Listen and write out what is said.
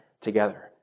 together